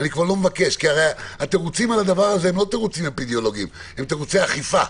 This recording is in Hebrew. הרי התירוצים על זה אינם אפידמיולוגיים אלא אכיפה.